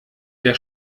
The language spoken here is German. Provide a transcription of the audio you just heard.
der